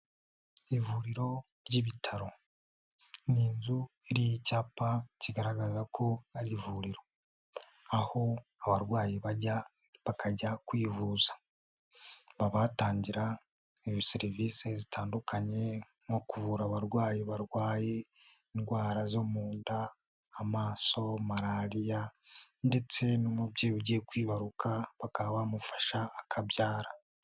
ivuriro ry'ibitaro ni inzu iriho icyapa kigaragaza ko ari ivuriro. Aho abarwayi bajya bakajya kwivuza. Baba batangira serivisi zitandukanye: nko kuvura abarwayi barwaye indwara zo mu nda, amaso, malariya ndetse n'umubyeyi ugiye kwibaruka bakaba bamufasha akabyara.